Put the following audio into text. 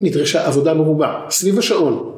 נדרשה עבודה מרובה, סביב השעון.